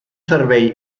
servei